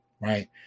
Right